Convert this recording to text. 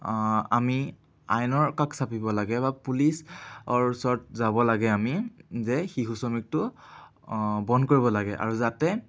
আমি আইনৰ কাষ চাপিব লাগে বা পুলিচৰ ওচৰত যাব লাগে আমি যে শিশু শ্ৰমিকটো বন্ধ কৰিব লাগে আৰু যাতে